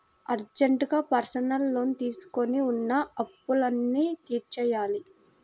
అర్జెంటుగా personal loan తీసుకొని ఉన్న అప్పులన్నీ తీర్చేయ్యాలి